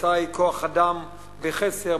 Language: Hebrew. התוצאה היא כוח-אדם בחסר,